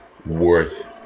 Worth